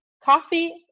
Coffee